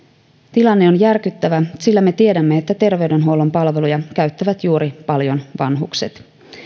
tilanne on järkyttävä sillä me tiedämme että terveydenhuollon palveluja käyttävät paljon juuri vanhukset